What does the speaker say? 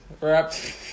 wrapped